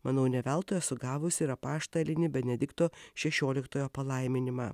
manau ne veltui esu gavusi ir apaštalinį benedikto šešioliktojo palaiminimą